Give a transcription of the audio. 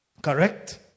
Correct